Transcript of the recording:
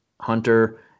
Hunter